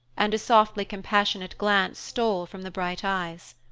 and a softly compassionate glance stole from the bright eyes.